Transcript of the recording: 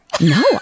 No